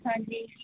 ਹਾਂਜੀ